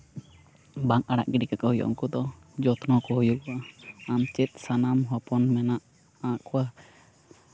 ᱵᱟᱝ ᱟᱲᱟᱜ ᱜᱤᱰᱤ ᱠᱟᱠᱚ ᱦᱩᱭᱩᱜᱼᱟ ᱩᱱᱠᱩ ᱫᱚ ᱡᱚᱛᱱᱚ ᱠᱚ ᱦᱩᱭᱩᱜᱼᱟ ᱟᱨ ᱪᱮᱫ ᱥᱟᱱᱟᱢ ᱦᱚᱯᱚᱱ ᱢᱮᱱᱟᱜ ᱠᱚᱣᱟ